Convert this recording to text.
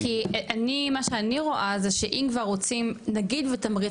כי אני מה שאני רואה זה שאם כבר רוצים נגיד ותמריץ,